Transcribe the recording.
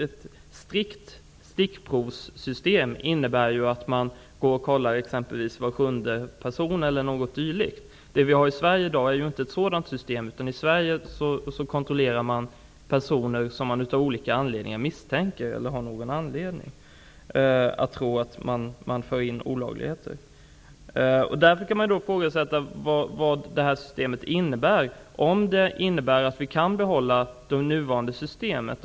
Ett strikt stickprovssystem innebär ju att man kontrollerar t.ex. var sjunde person, men det systemet har vi inte i Sverige. Här kontrollerar man personer som man av olika anledningar misstänker för att föra in olagliga varor. Kommer vi att kunna behålla det nuvarande systemet?